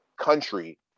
country